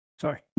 sorry